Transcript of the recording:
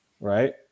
right